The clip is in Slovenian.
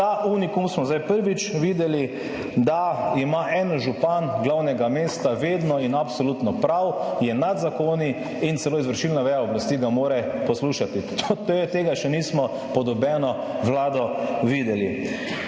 ta unikum smo zdaj prvič videli, da ima en župan glavnega mesta vedno in absolutno prav, je nad zakoni in celo izvršilna veja oblasti ga mora poslušati. Tega še nismo pod nobeno Vlado videli.